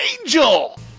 angel